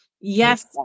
yes